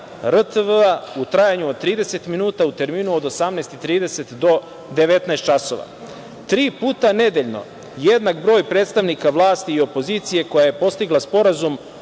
RTV u trajanju od 30 minuta u terminu od 18.30 časova do 19.00 časova, tri puta nedeljno jednak broj predstavnika vlasti i opozicije koja je postigla sporazum